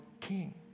king